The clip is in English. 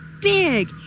big